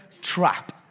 trap